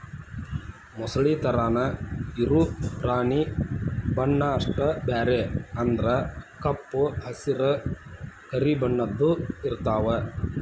ಮೊಸಳಿ ತರಾನ ಇರು ಪ್ರಾಣಿ ಬಣ್ಣಾ ಅಷ್ಟ ಬ್ಯಾರೆ ಅಂದ್ರ ಕಪ್ಪ ಹಸರ, ಕರಿ ಬಣ್ಣದ್ದು ಇರತಾವ